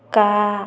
का